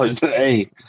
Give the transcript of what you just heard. Hey